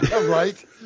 right